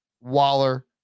Waller